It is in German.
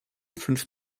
fünf